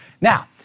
now